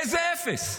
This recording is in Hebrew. איזה אפס,